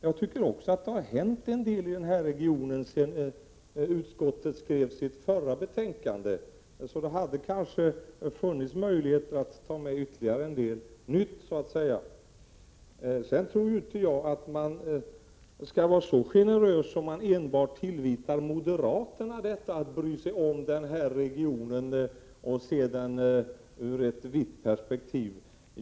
Jag tycker också att det har hänt en del i regionen sedan utskottet skrev sitt förra betänkande, så det hade kanske funnits anledning att ta med ytterligare en del nytt. Jag tror dessutom att man inte skall vara så generös att man tillskriver enbart moderaterna att bry sig om regionen och se den ur ett vidare perspektiv.